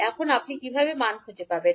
এখন আপনি কিভাবে মান খুঁজে পাবেন